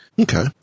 Okay